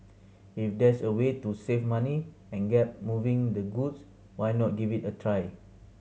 if there's a way to save money and get moving the goods why not give it a try